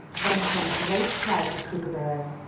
then came a great flight of kookooburras,